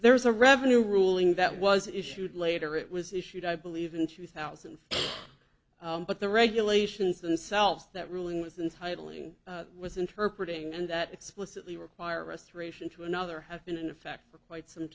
there's a revenue ruling that was issued later it was issued i believe in two thousand but the regulations themselves that ruling was in titling was interpreted and that explicitly require restoration to another have been in effect for quite some